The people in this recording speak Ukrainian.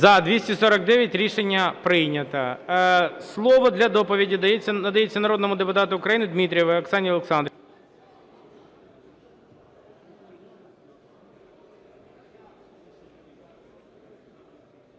За-249 Рішення прийнято. Слово для доповіді надається народному депутату України Дмитрієвій Оксані Олександрівні.